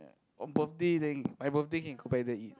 on birthday then my birthday can go back there eat